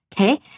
Okay